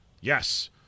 Yes